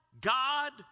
God